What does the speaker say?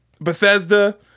Bethesda